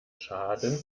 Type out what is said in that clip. schaden